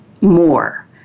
more